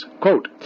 Quote